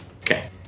Okay